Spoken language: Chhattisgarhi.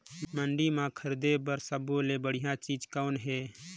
मंडी म खरीदे बर सब्बो ले बढ़िया चीज़ कौन हे?